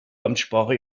amtssprache